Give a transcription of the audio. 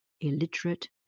illiterate